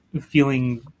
feeling